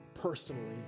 personally